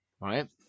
right